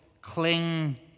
cling